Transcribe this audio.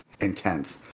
intense